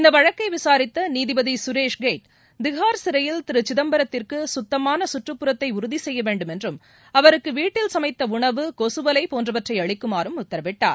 இந்த வழக்கை விசாரித்த நீதிபதி சுரேஷ் கெயிட் திஹார் சிறைச்சாலையில் திரு சிதம்பரத்திற்கு சுத்தமான கற்றுப்புறத்தை உறுதி செய்ய வேண்டும் என்றும் அவருக்கு வீட்டில் சமைத்த உணவு கொசு வலை போன்றவற்றை அளிக்குமாறும் உத்தரவிட்டார்